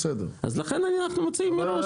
אז לכן אנחנו מציעים מראש.